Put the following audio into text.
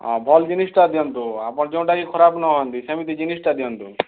ହଁ ଭଲ ଜିନିଷଟା ଦିଅନ୍ତୁ ଆପଣ ଯେଉଁଟା କି ଖରାପ ନ ହନ୍ତି ସେମିତି ଜିନିଷଟା ଦିଅନ୍ତୁ